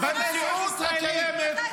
אתה אזרח ישראלי.